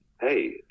hey